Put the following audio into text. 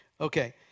Okay